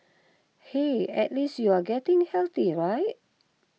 hey at least you are getting healthy right